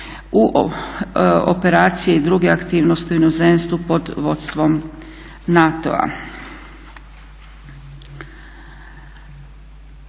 u operacije i druge aktivnosti u inozemstvu pod vodstvom NATO-a.